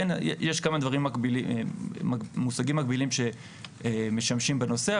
יש כמה מושגים מקבילים שמשמשים בנושא,